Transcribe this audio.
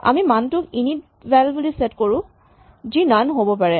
আমি মানটোক ইনিট ভেল বুলি ছেট কৰোঁ যি নন হ'ব পাৰে